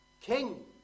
King